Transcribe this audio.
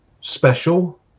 special